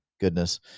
goodness